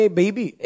baby